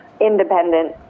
independent